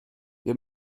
wir